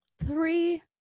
Three